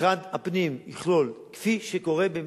משרד הפנים יכלול, כפי שקורה בארצות-הברית,